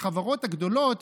החברות הגדולות,